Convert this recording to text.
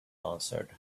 answered